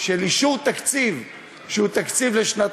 של אישור תקציב לשנתיים,